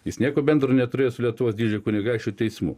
jis nieko bendro neturėjo su lietuvos didžiojo kunigaikščio teismu